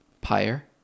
Pyre